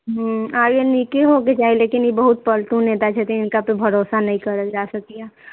हुँ आगे नीके होके चाही लेकिन ई बहुत पलटू नेता छथिन हिनकापर भरोस नहि करल जा सकैए